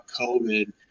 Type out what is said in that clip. COVID